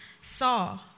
saw